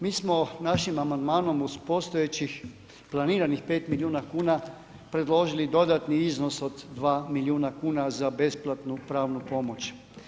Mi smo našim amandmanom uz postojećih planiranih 5 milijuna kuna predložili dodatni iznos od 2 milijuna kuna za besplatnu pravnu pomoć.